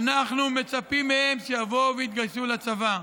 אנחנו מצפים מהם שיבואו ויתגייסו לצבא.